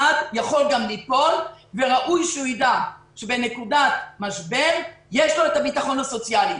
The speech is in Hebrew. יכול גם ליפול וראוי שהוא ידע שבנקודת משבר יש לו את הביטחון הסוציאלי,